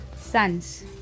sons